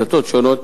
דתות שונות,